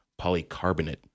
polycarbonate